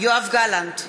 יואב גלנט,